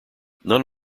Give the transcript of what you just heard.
none